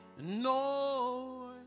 No